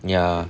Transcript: ya